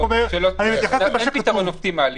אין פתרון אופטימלי.